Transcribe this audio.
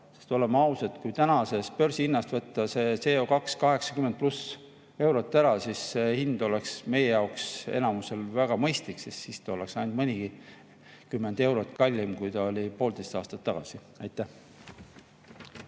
Sest oleme ausad, kui tänasest börsihinnast võtta see CO280 pluss eurot ära, siis hind oleks meie jaoks enamusel väga mõistlik. Siis ta oleks ainult mõnikümmend eurot kallim, kui ta oli poolteist aastat tagasi. Aitäh!